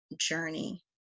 journey